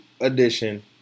Edition